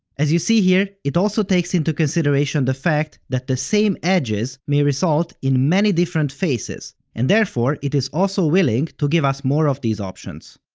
as you see here, it also takes into consideration the fact that the same edges may result in many different faces, and therefore it is also willing to gives us more of these options.